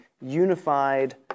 unified